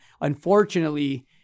Unfortunately